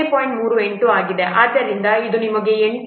38 ಆಗಿದೆ ಆದ್ದರಿಂದ ಇದು ನಿಮಗೆ 8